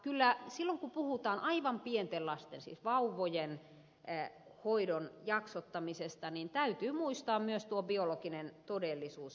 kyllä silloin kun puhutaan aivan pienten lasten siis vauvojen hoidon jaksottamisesta täytyy muistaa myös tuo biologinen todellisuus